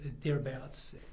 thereabouts